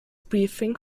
briefing